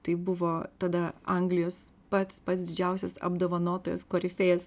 tai buvo tada anglijos pats pats didžiausias apdovanotojas korifėjas